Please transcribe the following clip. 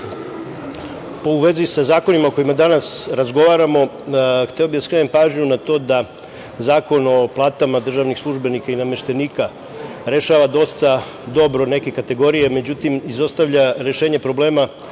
vezi sa zakonima o kojima danas razgovaramo, hteo bih da skrenem pažnju na to da Zakon o platama državnih službenika i nameštenika, rešava dosta dobro neke kategorije, međutim, izostavlja rešenje problema